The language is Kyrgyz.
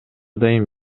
дайым